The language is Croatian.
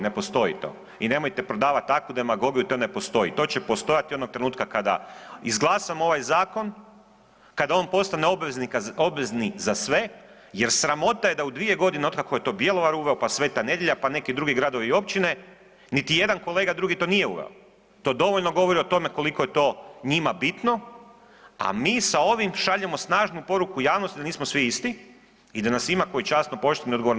Ne postoji to i nemojte prodavati takvu demagogiju da to ne postoji, to će postojati onog trenutka kada izglasamo ovaj zakon, kada on postane obvezni za sve jer sramota je da u dvije godine od kako je to Bjelovar uveo pa Sveta Nedelja pa neke drugi gradove i općine niti jedan kolega drugi to nije uveo, to dovoljno govori o tome koliko je to njima bitno, a mi sa ovim šaljemo snažnu poruku javnosti da nismo svi isti i da nas ima koji časno, pošteno i